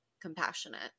compassionate